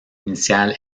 initiale